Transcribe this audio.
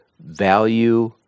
value